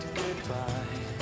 goodbye